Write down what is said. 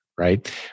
right